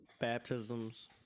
Baptisms